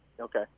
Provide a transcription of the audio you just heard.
Okay